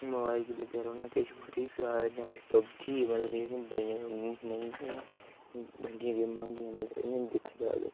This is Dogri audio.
फोन्नै गी लग्गै दे रौंह्ना जां फ्ही पब्बजी मतलव कि एह् बड़ियां गंदियां गेम्मां होंदियां